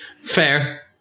Fair